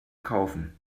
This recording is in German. kaufen